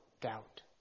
doubt